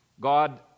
God